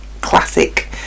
classic